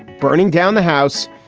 burning down the house.